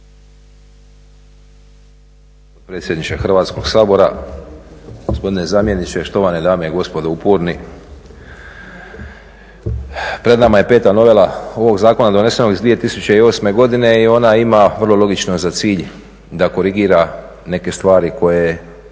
potpredsjedniče Hrvatskog sabora, gospodine zamjeniče, štovane dame i gospodo uporni. Pred nama je peta novela ovog zakona donesenog iz 2008. godine i ona ima vrlo logično za cilj da korigira neke stvari koje